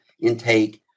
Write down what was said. intake